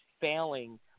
failing